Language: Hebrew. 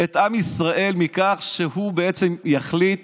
את עם ישראל מכך שהוא בעצם יחליט